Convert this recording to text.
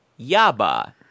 Yaba